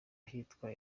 ahitwa